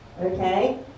Okay